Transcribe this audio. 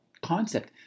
concept